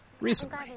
Recently